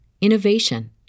innovation